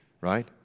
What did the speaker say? right